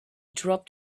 dropped